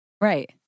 Right